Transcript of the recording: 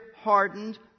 hardened